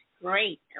great